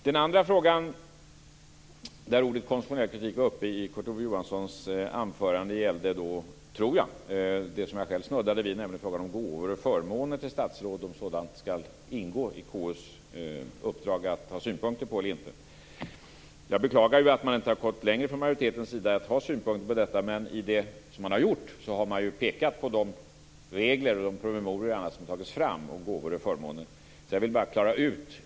Det andra fallet där ordet konstitutionell kritik togs upp av Kurt Ove Johansson var det som jag själv snuddade vid, nämligen frågan om gåvor till och förmåner för statsråden, om det skall ingå i KU:s uppdrag ha att synpunkter på. Jag beklagar att majoriteten inte har gått längre i fråga om att ha synpunkter på detta, men man har ändå pekat på de regler och promemorior som finns om gåvor och förmåner.